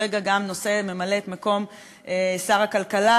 שכרגע גם ממלא את מקום שר הכלכלה,